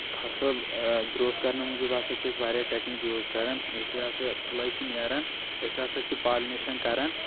فصٕل گروتھ کرنہٕ موٗجوٗب ہسا چھِ أسۍ واریاہ ٹیکنیٖک یوٗز کران یُتھُے ہسا پھٔلے چھِ نیران أسۍ ہسا چھُ پالنیشن کران